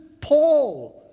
Paul